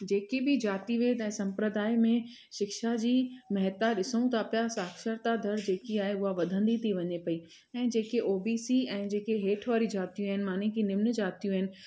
जेकी बि जातिवाद ऐं संप्रदाय में शिक्षा जी महत्वता ॾिसूं था पिया साक्षरता दर जेकी आहे उहा वधंदी थी वञे पेई ऐं जेके ओ बी सी ऐं जेके हेठि वारी जातियूं आहिनि माना की निम्न जातियूं आहिनि